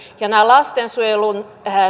ja näiden lastensuojelun